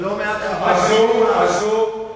ולא מעט חברי קדימה,